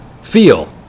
feel